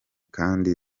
kandi